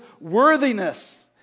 worthiness